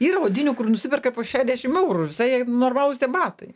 yra odinių kur nusiperka po šedešim eurų ir visai jie normalūs tie batai